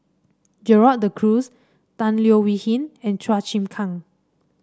Gerald De Cruz Tan Leo Wee Hin and Chua Chim Kang